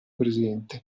presente